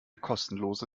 kostenlose